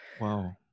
Wow